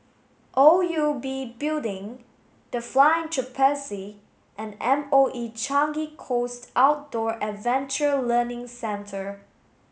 O U B Building The Flying Trapeze and M O E Changi Coast Outdoor Adventure Learning Centre